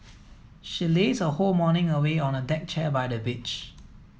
she lazed her whole morning away on a deck chair by the beach